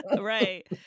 Right